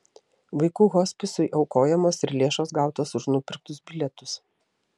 vaikų hospisui aukojamos ir lėšos gautos už nupirktus bilietus